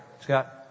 Scott